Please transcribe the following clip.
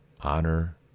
honor